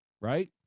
right